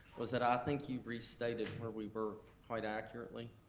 was that i think you restated where we were quite accurately,